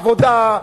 העבודה,